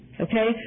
okay